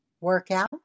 Workout